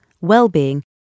well-being